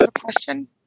question